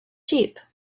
sheep